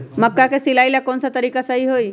मक्का के सिचाई ला कौन सा तरीका सही है?